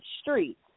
street